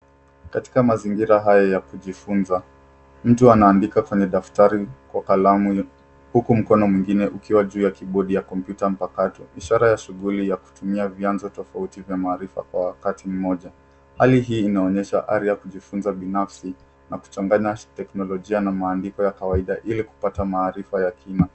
Katika mazingira haya ya kujifunza mtu anaandika kwenye daftari kwa kalamu huku mkono mwingine ukiwa juu ya kibodi ya kompyuta mpakato, ishara ya shughuli ya kutumia vianzo tofauti vya maarifa kwa wakati moja. Hali hii inaonyesha ari ya kujifunza binafsi na kuchanganya teknolojia na maandiko ya kawaida ili kupata maarifa ya kina.